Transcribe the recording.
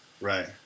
right